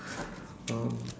um